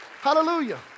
Hallelujah